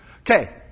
Okay